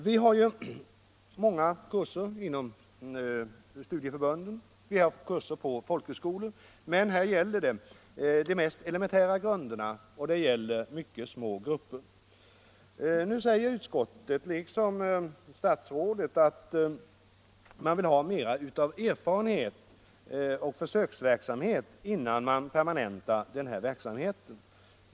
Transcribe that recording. Vi har många kurser inom studieförbunden 100 och folkhögskolorna, men här gäller det de mest elementära grunderna, och det gäller att undervisa i mycket små grupper. Nu säger utskottet liksom statsrådet att man vill vinna större erfarenheter av försöksverksamheten innan verksamheten permanentas.